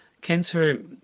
cancer